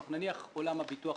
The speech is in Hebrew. צריך אישור של המפקח.